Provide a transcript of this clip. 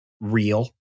real